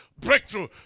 Breakthrough